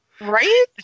Right